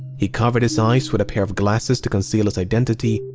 he covered his eyes with a pair of glasses to conceal his identity.